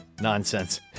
nonsense